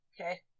Okay